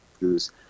use